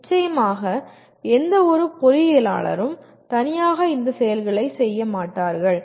நிச்சயமாக எந்த ஒரு பொறியியலாளரும் தனியாக இந்தச் செயல்களைச் செய்ய மாட்டார்கள்